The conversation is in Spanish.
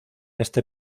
este